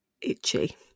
itchy